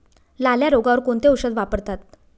लाल्या रोगावर कोणते औषध वापरतात?